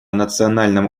национальном